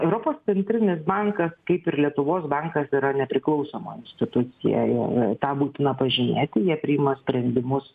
europos centrinis bankas kaip ir lietuvos bankas yra nepriklausoma institucija ir tą būtina pažymėti jie priima sprendimus